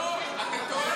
לא, אתה טועה.